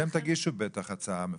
אתם בטח תגישו הצעה מפורטת.